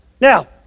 Now